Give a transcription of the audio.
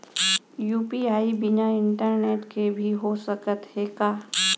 UPI बिना internet के भी हो सकत हे का?